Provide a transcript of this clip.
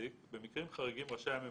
במקרים חריגים רשאי הממונה,